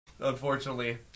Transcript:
unfortunately